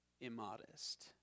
immodest